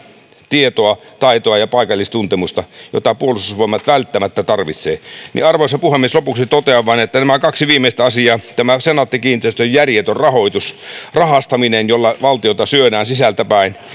tietoa taitoa ja paikallistuntemusta jota puolustusvoimat välttämättä tarvitsee arvoisa puhemies lopuksi totean vain että nämä kaksi viimeistä asiaa tämä senaatti kiinteistön järjetön rahastaminen jolla valtiota syödään sisältäpäin